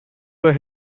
were